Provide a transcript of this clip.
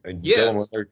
yes